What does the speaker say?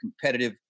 competitive